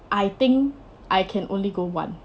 I think I can only go one